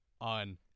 on